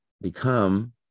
become